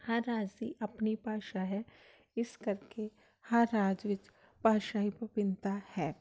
ਹਰ ਰਾਜ ਦੀ ਆਪਣੀ ਭਾਸ਼ਾ ਹੈ ਇਸ ਕਰਕੇ ਹਰ ਰਾਜ ਵਿੱਚ ਭਾਸ਼ਾਈ ਵਿਭਿੰਨਤਾ ਹੈ